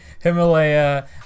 Himalaya